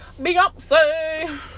Beyonce